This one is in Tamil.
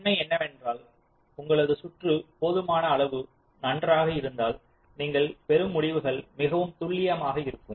ஆனால் நன்மை என்னவென்றால் உங்களது சுற்று போதுமான அளவு நன்றாக இருந்தால் நீங்கள் பெறும் முடிவுகள் மிகவும் துல்லியமாக இருக்கும்